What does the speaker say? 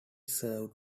served